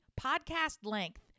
podcast-length